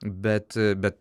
bet bet